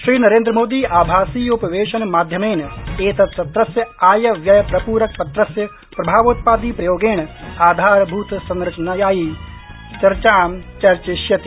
श्री नरेन्द्रमोदी आभासीयोपवेशन माध्यमेन एतत्सत्रस्य आय व्यय प्रप्रक पत्रस्य प्रभावोत्पादी प्रयोगेण आधारभुतसंरचनायै चर्चा चर्चिष्यिति